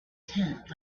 tent